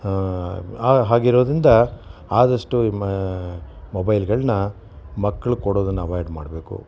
ಹಾಗಿರೋದ್ರಿಂದ ಆದಷ್ಟು ಮೊಬೈಲ್ಗಳನ್ನ ಮಕ್ಳಿಗೆ ಕೊಡೋದನ್ನು ಅವಾಯ್ಡ್ ಮಾಡಬೇಕು